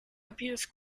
appears